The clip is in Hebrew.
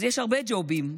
אז יש הרבה ג'ובים.